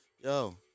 Yo